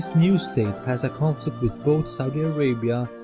new state has a conflict with both saudi arabia,